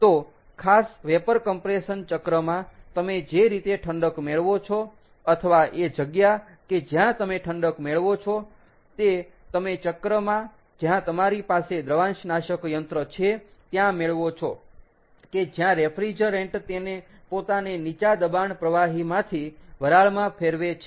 તો ખાસ vapour compression ચક્રમાં તમે જે રીતે ઠંડક મેળવો છો અથવા એ જગ્યા કે જ્યાં તમે ઠંડક મેળવો છો તે તમે ચક્રમાં જ્યાં તમારી પાસે દ્રવાંશનાશક યંત્ર છે ત્યાં મેળવો છો કે જ્યાં રેફ્રીજરેન્ટ તેને પોતાને નીચા દબાણ પ્રવાહીમાંથી વરાળમાં ફેરવે છે